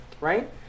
right